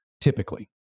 typically